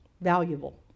valuable